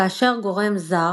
כאשר גורם זר,